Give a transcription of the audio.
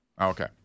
Okay